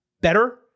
better